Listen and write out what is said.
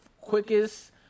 quickest